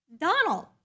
Donald